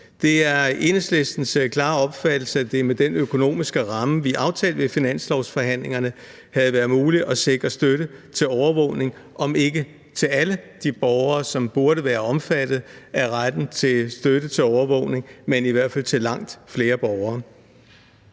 Det er Enhedslistens klare opfattelse, at det med den økonomiske ramme, vi aftalte ved finanslovsforhandlingerne, havde været muligt at sikre støtte til overvågning, om ikke til alle de borgere, som burde være omfattet af retten til støtte til overvågning, så i hvert fald til langt flere borgere.